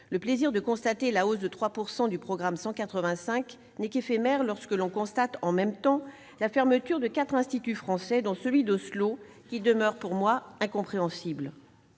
Le plaisir suscité par la hausse de 3 % des crédits du programme 185 n'est qu'éphémère lorsque l'on constate, en même temps, la fermeture de quatre instituts français, dont celui d'Oslo, qui demeure pour moi incompréhensible.